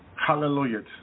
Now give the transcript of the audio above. Hallelujah